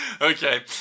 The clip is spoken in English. okay